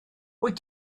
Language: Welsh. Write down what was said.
wyt